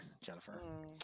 Jennifer